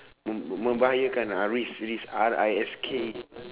me~ membahayakan ah risk risk R I S K